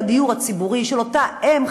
שהתור הולך ומצטמצם.